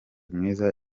mwiza